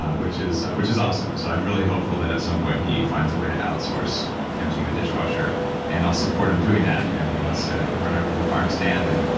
which is which is awesome. so i'm really hopeful that at some point he finds a way to outsource emptying the dishwasher and i'll support him doing that if you know he wants to run a little farm stand and.